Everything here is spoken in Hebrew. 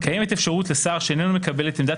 קיימת אפשרות לשר שאיננו מקבל את עמדת